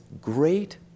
great